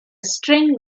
string